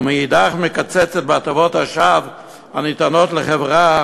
ומאידך מקצצת בהטבות השווא הניתנות לחברה